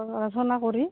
আলোচনা কৰি